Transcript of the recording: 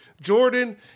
Jordan